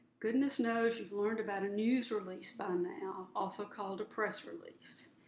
goodness knows you've learned about a news release by now, also called a press release.